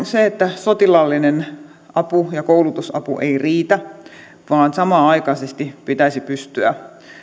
se että sotilaallinen apu ja koulutusapu eivät riitä vaan samanaikaisesti pitäisi pystyä